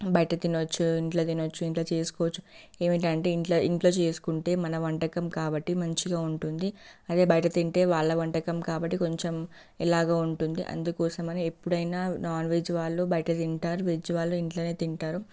బయట తినొచ్చు ఇంట్లో తినొచ్చు ఇంట్లో చేసుకోవచ్చు ఏమిటంటే ఇంట్లో ఇంట్లో చేసుకుంటే మన వంటకం కాబట్టి మంచిగా ఉంటుంది అదే బయట తింటే వాళ్ళ వంటకం కాబట్టి కొంచెం ఎలాగో ఉంటుంది అందుకోసమే ఎప్పుడైనా నాన్వెజ్ వాళ్ళు బయట తింటారు వెజ్ వాళ్ళు ఇంట్లోనే తింటారు